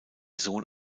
sohn